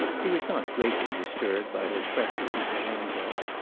he was not greatly disturbed by her threat to keep her hands off.